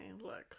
look